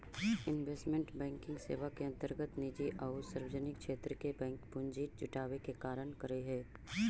investment banking सेवा के अंतर्गत निजी आउ सार्वजनिक क्षेत्र के बैंक पूंजी जुटावे के काम करऽ हइ